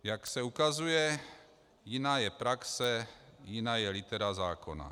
Jak se ukazuje, jiná je praxe, jiná je litera zákona.